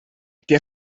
der